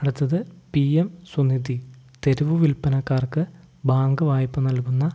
അടുത്തത് P M Svanidhi തെരുവു വിൽപ്പനക്കാർക്ക് ബാങ്ക് വായ്പ നൽകുന്ന